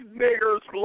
niggers